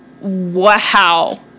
Wow